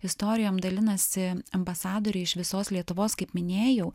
istorijom dalinasi ambasadoriai iš visos lietuvos kaip minėjau